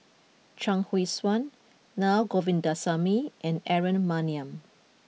Chuang Hui Tsuan Naa Govindasamy and Aaron Maniam